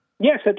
Yes